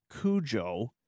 Cujo